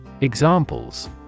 Examples